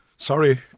Sorry